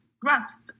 grasp